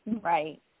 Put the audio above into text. Right